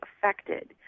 affected